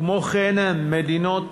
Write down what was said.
כמו כן, מדיניות